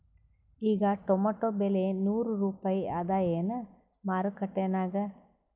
ಈಗಾ ಟೊಮೇಟೊ ಬೆಲೆ ನೂರು ರೂಪಾಯಿ ಅದಾಯೇನ ಮಾರಕೆಟನ್ಯಾಗ?